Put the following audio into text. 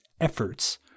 efforts